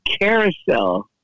carousel